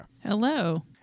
Hello